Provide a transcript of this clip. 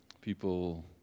people